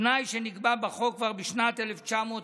תנאי שנקבע בחוק כבר בשנת 1991,